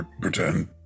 Pretend